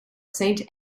saint